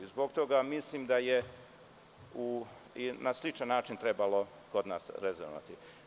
Zbog toga mislim da je na sličan način trebalo kod nas rezonovati.